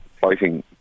fighting